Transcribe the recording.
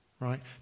right